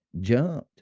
jumped